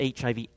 HIV